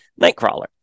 Nightcrawler